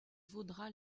vaudra